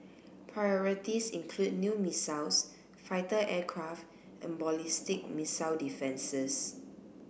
priorities include new missiles fighter aircraft and ballistic missile defences